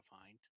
find